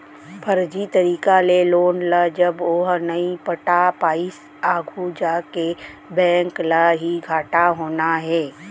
फरजी तरीका के लोन ल जब ओहा नइ पटा पाइस आघू जाके बेंक ल ही घाटा होना हे